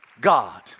God